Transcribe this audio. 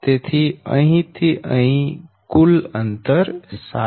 તેથી અહીં થી અહીં કુલ અંતર 7